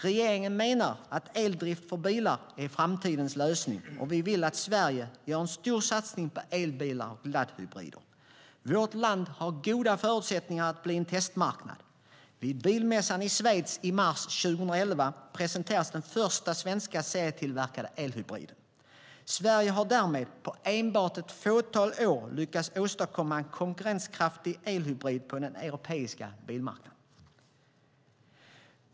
Regeringen menar att eldrift för bilar är framtidens lösning, och vi vill att Sverige gör en stor satsning på elbilar och laddhybrider. Vårt land har goda förutsättningar att bli en testmarknad. Vid bilmässan i Schweiz i mars 2011 presenterades den första svenska serietillverkade elhybriden. Sverige har därmed, på enbart ett fåtal år, lyckats åstadkomma en konkurrenskraftig elhybrid på den europeiska bilmarknaden.